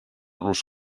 los